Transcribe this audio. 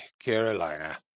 Carolina